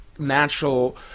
Natural